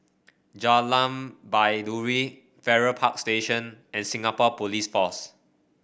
Jalan Baiduri Farrer Park Station and Singapore Police Force